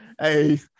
Hey